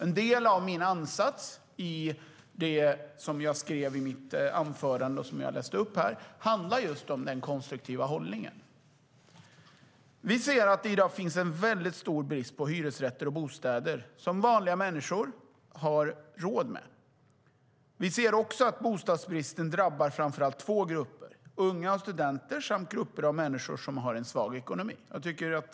En del av min ansats i mitt svar handlar just om den konstruktiva hållningen. Det finns i dag en stor brist på hyresrätter och bostäder som vanliga människor har råd med. Bostadsbristen drabbar framför allt två grupper, unga och studenter samt människor som har en svag ekonomi.